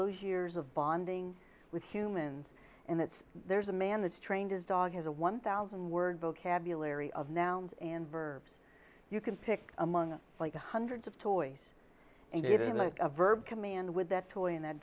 those years of bonding with humans and that's there's a man that's trained his dog has a one thousand word vocabulary of now and verbs you can pick among like the hundreds of toys and it in like a verb command with that toy and that